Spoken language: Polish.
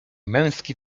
męski